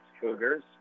Cougars